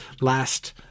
last